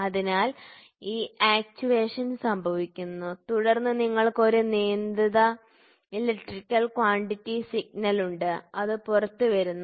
അതിനാൽ ഈ ആക്ചുവേഷൻ സംഭവിക്കുന്നു തുടർന്ന് നിങ്ങൾക്ക് ഒരു നിയന്ത്രിത ഇലക്ട്രിക്കൽ ക്വാണ്ടിറ്റി സിഗ്നൽ ഉണ്ട് അത് പുറത്തുവരുന്നു